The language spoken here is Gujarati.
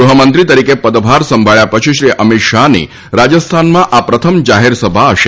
ગૃહમંત્રી તરીકે પદભાર સંભાબ્યા પછી શ્રી અમિત શાહની રાજસ્થાનમાં આ પ્રથમ જાહેરસભા હશે